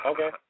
Okay